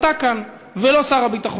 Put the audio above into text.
אתה כאן ולא שר הביטחון.